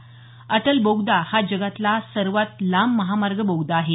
अटल बोगदा हा जगातला हा सर्वात लांब महामार्ग बोगदा आहे